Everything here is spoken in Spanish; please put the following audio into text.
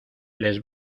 les